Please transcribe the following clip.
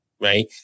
right